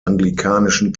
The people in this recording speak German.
anglikanischen